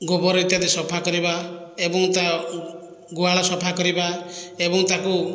ଗୋବର ଇତ୍ୟାଦି ସଫା କରିବା ଏବଂ ତା' ଗୁହାଳ ସଫା କରିବା ଏବଂ ତାକୁ